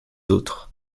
autres